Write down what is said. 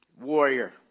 Warrior